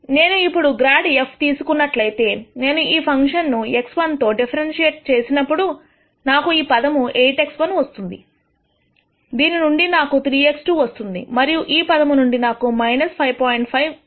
ఇప్పుడు నేను ∇ f తీసుకున్నట్లయితే నేను ఈ ఫంక్షన్ ను x1 తో డిఫరెన్షిఏట్ తో చేసినప్పుడు నాకు ఈ పదము 8x1 వస్తుంది దీని నుండి నాకు 3 x2 వస్తుంది మరియు ఈ పదము నుండి నాకు 5